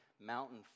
mountain